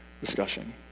discussion